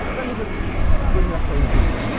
let me just bring that home to you.